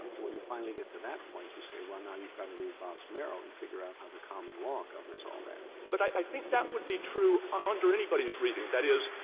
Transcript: when you finally get to that point, you say, well, now you've got to read bobbs-merrill and figure out how the common law governs all that. stewart but i think that would be true ah under anybody's reading. that is,